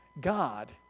God